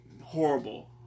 horrible